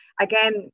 again